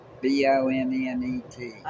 B-O-N-N-E-T